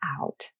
out